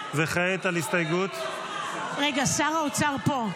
וכעת על הסתייגות --- רגע שר האוצר פה,